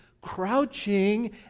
crouching